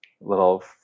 little